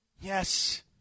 Yes